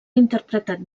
interpretat